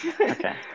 Okay